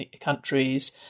countries